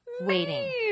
Waiting